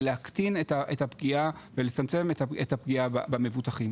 להקטין את הפגיעה ולצמצמם את הפגיעה במבוטחים.